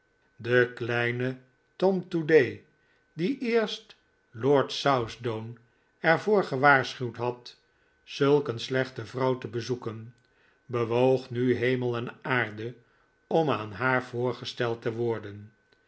de kleine tom toady die eerst lord southdown er voor gewaarschuwd had zulk een slechte vrouw te bezoeken bewoog nu hemel en aarde om aan haar voorgesteld te worden